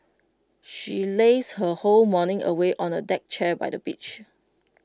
she lazed her whole morning away on A deck chair by the beach